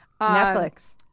Netflix